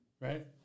Right